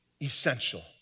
essential